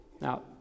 Now